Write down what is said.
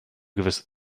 gewisse